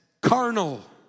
carnal